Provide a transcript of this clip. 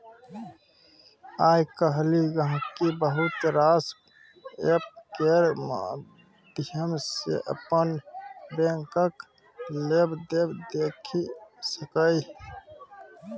आइ काल्हि गांहिकी बहुत रास एप्प केर माध्यम सँ अपन बैंकक लेबदेब देखि सकैए